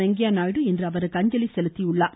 வெங்கய்ய நாயுடு இன்று அவருக்கு அஞ்சலி செலுத்தியுள்ளார்